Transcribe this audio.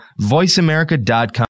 voiceamerica.com